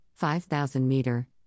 5,000-meter